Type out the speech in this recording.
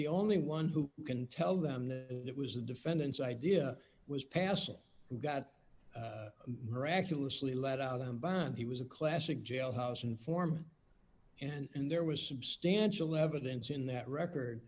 the only one who can tell them it was the defendant's idea was passing got miraculously let out on bond he was a classic jailhouse informant and there was substantial evidence in that record